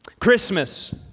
Christmas